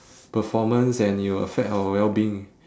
performance and it will affect our wellbeing